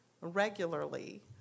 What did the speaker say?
regularly